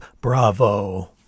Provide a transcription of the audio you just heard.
Bravo